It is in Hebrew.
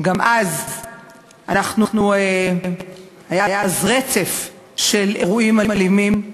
גם אז היה רצף של אירועים אלימים,